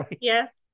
Yes